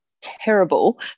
terrible